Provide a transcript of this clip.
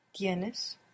Tienes